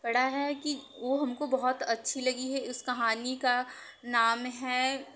पढ़ा है कि वो हमको बहुत अच्छी लगी है उस कहानी का नाम है